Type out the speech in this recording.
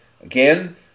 Again